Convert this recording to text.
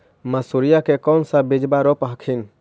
मसुरिया के कौन सा बिजबा रोप हखिन?